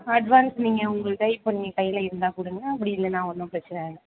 advance நீங்கள் உங்கள்கிட்ட இப்போ நீங்கள் கையில் இருந்தால் கொடுங்க அப்படி இல்லைனா ஒன்றும் பிரச்சின இல்லை